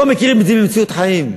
לא מכירים את זה ממציאות חיים.